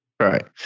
Right